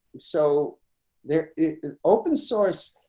so they're open source.